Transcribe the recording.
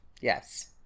Yes